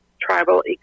Tribal